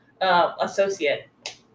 Associate